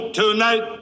tonight